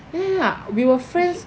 ya ya ya we were friends